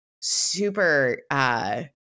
super –